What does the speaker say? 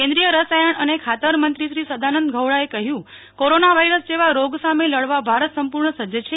કેન્દ્રીય રસાયણ અને ખાતરમંત્રી શ્રી સદાનંદ ગૌડાએ કહ્યું કોરોના વાયરસ જેવા રોગ સામે લડવા ભારત સંપૂર્ણ સજ્જ છે